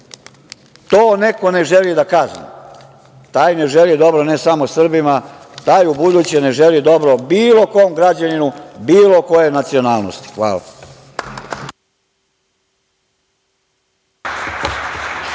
to neko ne želi da kazni, taj ne želi dobro ne samo Srbima, taj ubuduće ne želi dobro bilo kom građaninu bilo koje nacionalnosti. Hvala.